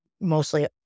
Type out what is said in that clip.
mostly